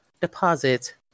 deposit